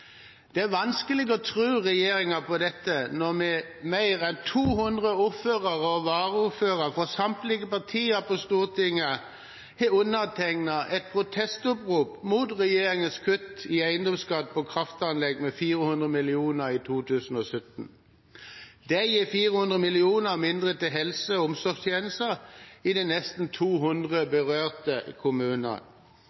Det er vanskelig å tro regjeringen på dette når mer enn 200 ordførere og varaordførere fra samtlige partier på Stortinget har undertegnet et protestopprop mot regjeringens kutt i eiendomsskatt på kraftanlegg med 400 mill. kr i 2017. Det gir 400 mill. kr mindre til helse- og omsorgstjenester i de nesten 200